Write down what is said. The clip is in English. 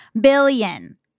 Billion